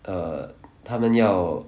err 他们要